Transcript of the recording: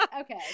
Okay